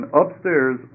upstairs